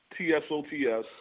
TSOTS